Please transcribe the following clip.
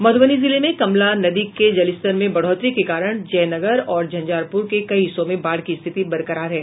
मधुबनी जिले में कमला नदी के जलस्तर में बढ़ोतरी के कारण जयनगर और झंझारपुर के कई हिस्सों में बाढ़ की स्थिति बरकरार है